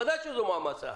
ודאי שזו מעמסה.